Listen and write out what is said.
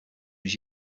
was